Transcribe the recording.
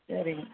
சரிங்க